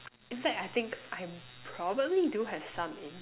in fact I think I probably do have some in